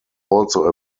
also